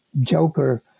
joker